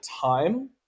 time